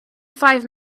five